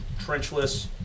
trenchless